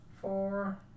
four